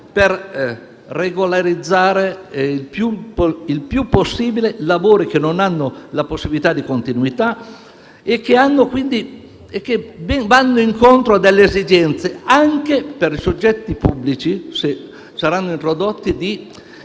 per regolarizzare il più possibile lavori che non hanno la possibilità di continuità e che ben vanno incontro - anche per i soggetti pubblici, se saranno introdotti -